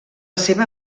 seva